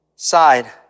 side